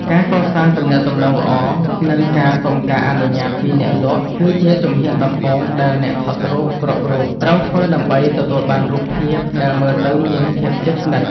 ការកសាងទំនាក់ទំនងល្អ និងការសុំការអនុញ្ញាតពីអ្នកលក់ គឺជាជំហានដំបូងដែលអ្នកថតរូបគ្រប់រូបត្រូវធ្វើដើម្បីទទួលបានរូបភាពដែលមើលទៅមានភាពជិតស្និទ្ធ។